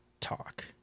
talk